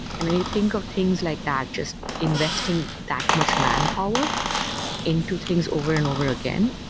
and when you think of things like that, just investing that much manpower into things over and over again,